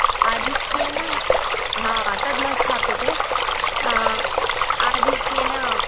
आधिक्येन हाँ तत् न स्थाप्यते आधिक्येन